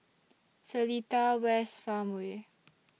Seletar West Farmway